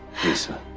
lisa.